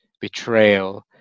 betrayal